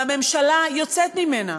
והממשלה יוצאת ממנה.